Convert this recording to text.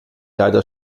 leider